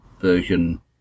version